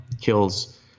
kills